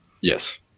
Yes